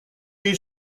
est